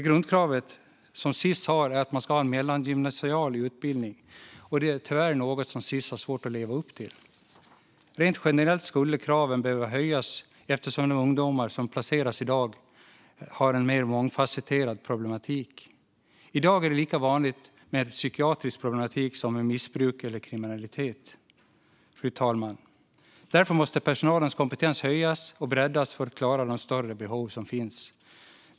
Grundkravet som Sis har är att man ska ha en mellangymnasial utbildning, vilket tyvärr är något som Sis har svårt att leva upp till. Rent generellt skulle kraven behöva höjas eftersom de ungdomar som i dag placeras har en mer mångfasetterad problematik. I dag är det lika vanligt med en psykiatrisk problematik som med missbruk eller kriminalitet. Fru talman! Personalens kompetens måste höjas och breddas för att klara de större behov som finns.